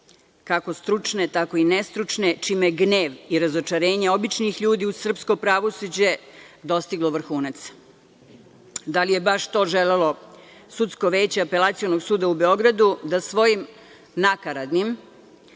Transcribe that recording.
kako stručne, tako i nestručne, čime je gnev i razočaranje običnih ljudi u srpsko pravosuđe dostiglo vrhunac. Da li je baš to želelo sudsko veće Apelacionog suda u Beogradu, da svojim nakaradnim